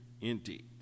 indeed